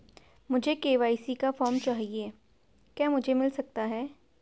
मुझे के.वाई.सी का फॉर्म चाहिए क्या मुझे मिल सकता है?